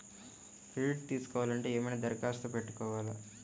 Credit తీసుకోవాలి అంటే ఏమైనా దరఖాస్తు పెట్టుకోవాలా?